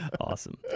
Awesome